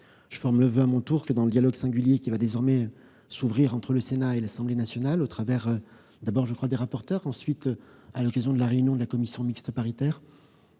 Je forme le voeu, à mon tour, que le dialogue singulier qui va désormais s'ouvrir entre le Sénat et l'Assemblée nationale, d'abord avec les rapporteurs, puis à l'occasion de la réunion de la commission mixte paritaire